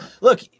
Look